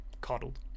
Coddled